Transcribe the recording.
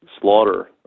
slaughter